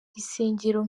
insengero